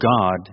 God